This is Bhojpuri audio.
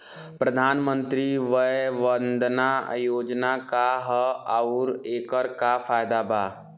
प्रधानमंत्री वय वन्दना योजना का ह आउर एकर का फायदा बा?